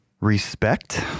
respect